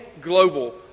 global